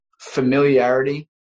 familiarity